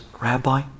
Rabbi